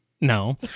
No